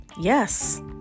Yes